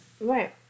Right